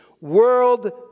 World